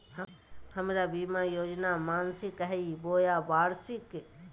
हमर बीमा योजना मासिक हई बोया वार्षिक?